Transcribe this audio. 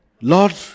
lord